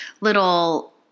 little